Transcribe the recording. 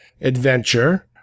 adventure